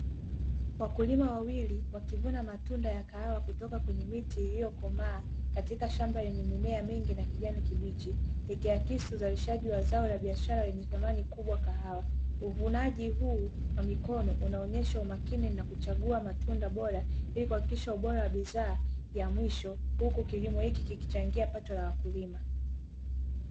Wakulima wawili wakivuna matunda ya kahawa kutoka kwenye miti iliyokomaa, katika shamba lenye mimea mimgi na kijani kibichi, ikiakisi uzalishaji wa zao la biashara lenye thamani kubwa, kahawa. Uvunaji huu wa mikono unaonyesha umakini na kuchagua matunda bora, ili kuhakikisha ubora wa bidhaa ya mwisho, huku kilimo hiki kikichangia pato la wakulima.